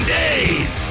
days